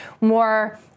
more